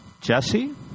Jesse